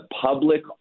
public